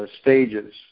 stages